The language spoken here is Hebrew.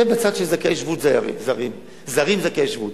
זה בצד של זרים זכאי שבות.